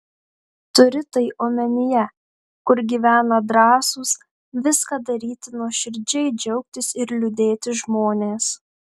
turi tai omenyje kur gyvena drąsūs viską daryti nuoširdžiai džiaugtis ir liūdėti žmonės